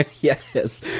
yes